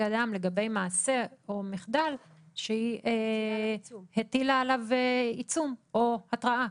לגבי מעשה או מחדל שהיא הטילה עליו עיצום או התראה.